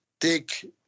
take